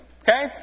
Okay